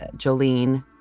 ah jolene,